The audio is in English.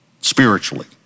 Spiritually